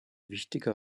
wichtiger